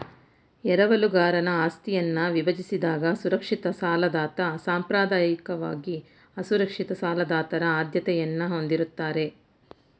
ಎರವಲುಗಾರನ ಆಸ್ತಿಯನ್ನ ವಿಭಜಿಸಿದಾಗ ಸುರಕ್ಷಿತ ಸಾಲದಾತ ಸಾಂಪ್ರದಾಯಿಕವಾಗಿ ಅಸುರಕ್ಷಿತ ಸಾಲದಾತರ ಆದ್ಯತೆಯನ್ನ ಹೊಂದಿರುತ್ತಾರೆ